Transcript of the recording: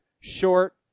short